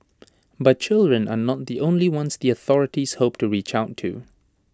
but children are not the only ones the authorities hope to reach out to